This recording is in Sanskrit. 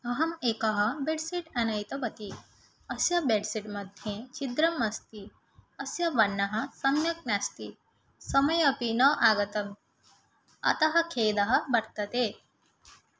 अहम् एकम् बेड् सीट् आनीतवती अस्य बेड् सीट् मध्ये छिद्रम् अस्ति अस्य वर्णः सम्यक् नास्ति समये अपि न आगतम् अतः खेदः वर्तते